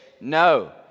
No